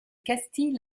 castille